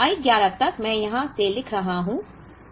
तो I 11 तक मैं यहाँ से लिख रहा हूँ